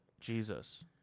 Jesus